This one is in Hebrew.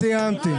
סיימתי.